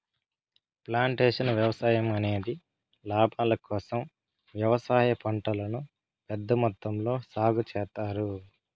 plantation వ్యవసాయం అనేది లాభాల కోసం వ్యవసాయ పంటలను పెద్ద మొత్తంలో సాగు చేత్తారు